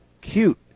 cute